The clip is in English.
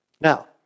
Now